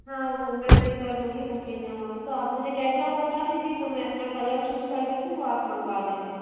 हाँ वो मैं पे कर दूँगी बुकिंग अमाउन्ट तो आप मुझे केटलॉग बता दीजिए तो मैं अपना कलर चूज़ कर देती हूँ वो आप मुझे मँगवा देना